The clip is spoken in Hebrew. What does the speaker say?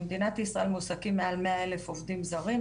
במדינת ישראל מועסקים מעל מאה אלף עובדים זרים,